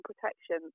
protection